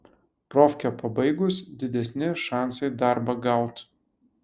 profkę pabaigus didesni šansai darbą gaut